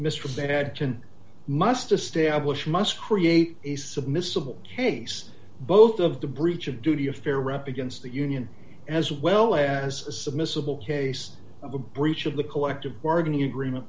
ten must establish must create a submissive case both of the breach of duty of fair rep against the union as well as a submissive will case of a breach of the collective bargaining agreement